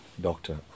Doctor